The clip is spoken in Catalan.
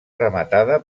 rematada